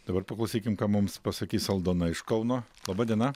dabar paklausykim ką mums pasakys aldona iš kauno laba diena